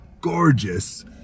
gorgeous